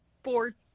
sports